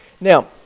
Now